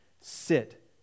sit